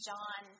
John